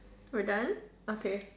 we're done okay